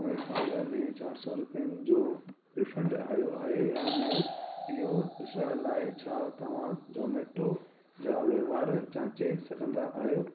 पोइ साल में चार सौ रुपयनि जो रीफंड आहियो आहे या न इओ ॾिसण लाइ छा तव्हां ज़ोमेटो जा वहिंवारु जांचे सघंदा आहियो